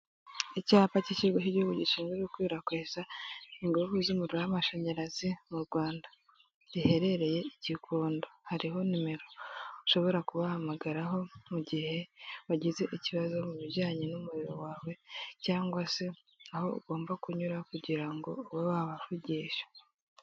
Icyapa cy'ikigo cy' igihugu gishinzwe gukwirakwiza inguvu z'umuriro w'amashanyarazi mu Rwanda, riherereye i Gikondo hariho nimero ushobora kubahamagara ho mu gihe wagize ikibazo mu bijyanye n'umuriro wawe, cyangwa se aho ugomba kunyura kugira ngo ube wabavugisha.